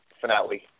finale